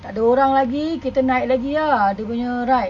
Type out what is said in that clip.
tak ada orang lagi kita naik lagi ah dia punya ride